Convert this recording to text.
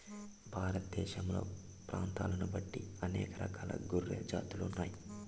భారతదేశంలో ప్రాంతాలను బట్టి అనేక రకాల గొర్రెల జాతులు ఉన్నాయి